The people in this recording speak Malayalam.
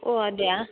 ഓ അതെയോ